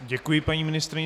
Děkuji paní ministryni.